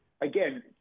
again